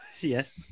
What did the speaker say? Yes